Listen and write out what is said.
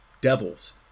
devils